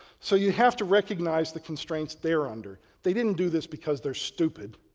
so you have to recognize the constraints they're under. they didn't do this because they're stupid.